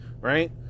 right